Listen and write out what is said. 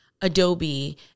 adobe